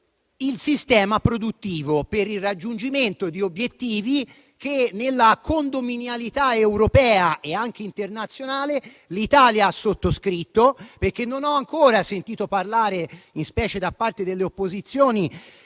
il sistema produttivo per il raggiungimento di obiettivi che, nella condominialità europea e anche internazionale, l'Italia ha sottoscritto. Non ho ancora sentito parlare, specialmente da parte delle opposizioni,